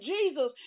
Jesus